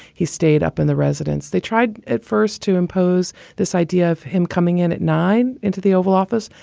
he stayed up in the residence. they tried at first to impose this idea of him coming in at nine zero into the oval office.